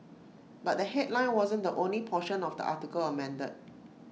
but the headline wasn't the only portion of the article amended